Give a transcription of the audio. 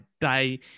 day